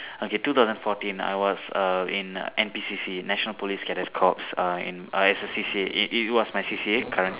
okay two thousand fourteen I was err in N_P_C_C national police cadet corps err in as a C_C_A it it was my C_C_A currently